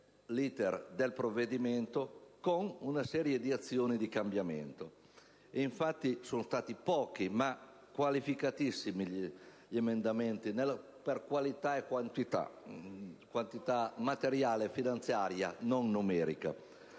l*'iter* del provvedimento, con una serie di azioni di cambiamento. Sono stati pochi ma qualificatissimi gli emendamenti per qualità e quantità materiale, finanziaria, non numerica.